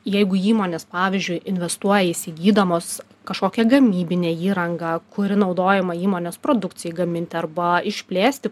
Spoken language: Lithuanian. jeigu įmonės pavyzdžiui investuoja įsigydamos kažkokią gamybinę įrangą kuri naudojama įmonės produkcijai gaminti arba išplėsti